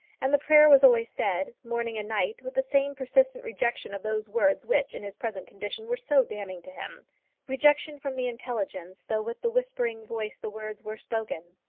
and the prayer was always said, morning and night, with the same persistent rejection of those words which, in his present condition, were so damning to him rejection from the intelligence though with the whispering voice the words were spoken.